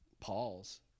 Paul's